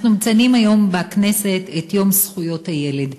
אנחנו מציינים היום בכנסת את יום זכויות הילד.